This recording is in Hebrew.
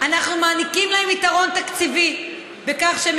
אנחנו מעניקים להם יתרון תקציבי בכך שהם